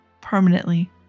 permanently